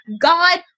God